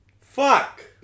fuck